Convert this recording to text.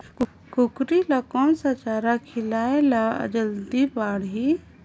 कूकरी ल कोन सा चारा खिलाय ल जल्दी बाड़ही?